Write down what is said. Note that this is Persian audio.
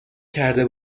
کرده